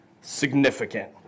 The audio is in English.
significant